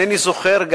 אינני זוכר,